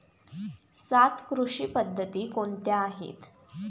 सात कृषी पद्धती कोणत्या आहेत?